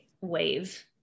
wave